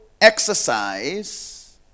exercise